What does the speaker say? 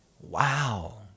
wow